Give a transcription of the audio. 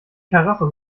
karacho